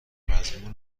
مضمون